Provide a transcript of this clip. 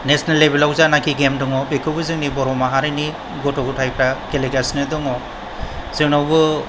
national लेभेलाव जेनोखि game दङ' बेखौबो जोंनि बर' माहारि गथ' गथाइफ्रा गेलेगासिनो दङ' जोंनावबो